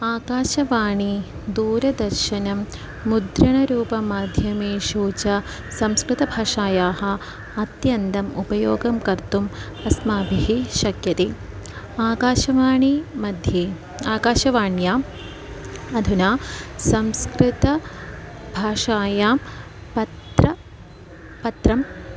आकाशवाणी दूरदर्शनं मुद्रणरूपमाध्यमेषु च संस्कृतभाषायाः अत्यन्तम् उपयोगं कर्तुम् अस्माभिः शक्यते आकाशवाणी मध्ये आकाशवाण्याम् अधुना संस्कृतभाषायां पत्रं पत्रं